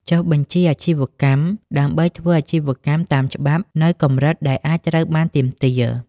ចុះបញ្ជីអាជីវកម្ម ដើម្បីធ្វើអាជីវកម្មតាមច្បាប់ នៅកម្រិតដែលអាចត្រូវបានទាមទារ។